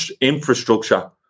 infrastructure